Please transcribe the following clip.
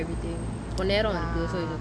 lah